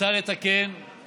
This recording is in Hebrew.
מוצע לתקן את